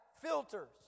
filters